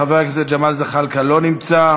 חבר הכנסת ג'מאל זחאלקה, לא נמצא.